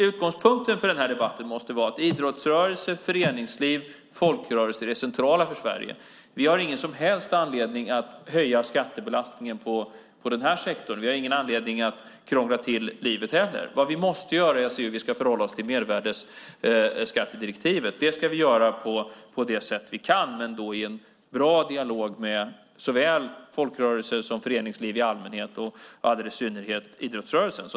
Utgångspunkten för den här debatten måste vara att idrottsrörelser, föreningsliv och folkrörelser är centrala för Sverige. Vi har ingen som helst anledning att höja skattebelastningen på den här sektorn. Vi har ingen anledning att krångla till livet heller. Vad vi måste göra är att se hur vi ska förhålla oss till mervärdesskattedirektivet. Det ska vi göra på det sätt vi kan men då i en bra dialog med såväl folkrörelser som föreningsliv i allmänhet och i synnerhet idrottsrörelsen.